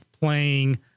Playing